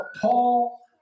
Paul